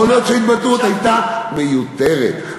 יכול להיות שההתבטאות הייתה מיותרת.